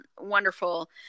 wonderful